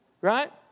Right